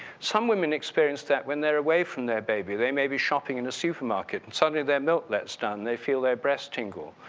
some women experienced that when they're away from their baby, they may be shopping in a supermarket and suddenly their milk lets down and they feel their breasts tingle.